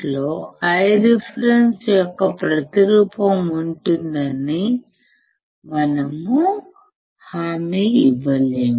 లో Iref యొక్క ప్రతిరూపం ఉంటుందని మనం హామీ ఇవ్వలేము